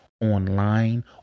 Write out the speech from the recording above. online